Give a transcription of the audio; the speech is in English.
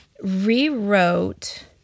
rewrote